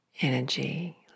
energy